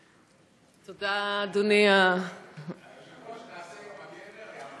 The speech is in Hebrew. תודה, אדוני, אדוני היושב-ראש, תעשה יום הגבר?